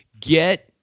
Get